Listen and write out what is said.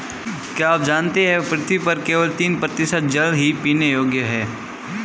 क्या आप जानते है पृथ्वी पर केवल तीन प्रतिशत जल ही पीने योग्य है?